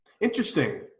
Interesting